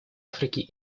африке